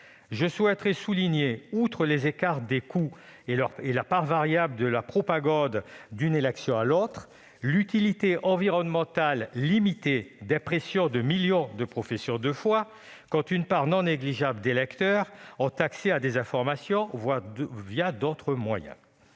résolues. Je soulignerai, outre les écarts des coûts et la part variable de la propagande selon les élections, l'utilité environnementale limitée de l'impression de millions de professions de foi quand une part non négligeable des électeurs a accès à des informations d'autres moyens.